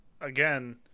again